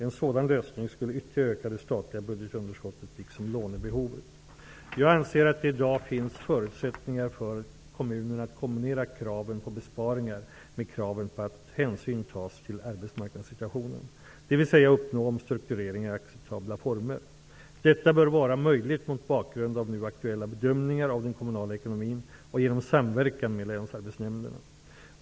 En sådan lösning skulle ytterligare öka det statliga budgetunderskottet liksom lånebehovet. Jag anser att det i dag finns förutsättningar för kommunerna att kombinera kraven på besparingar med kraven på att hänsyn tas till arbetsmarknadssituationen, dvs. uppnå omstruktureringar i acceptabla former. Detta bör vara möjligt mot bakgrund av nu aktuella bedömningar av den kommunala ekonomin och genom samverkan med länsarbetsnämnderna.